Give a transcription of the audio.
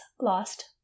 lost